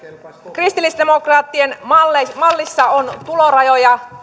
kristillisdemokraattien mallissa mallissa on tulorajoja